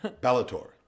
Bellator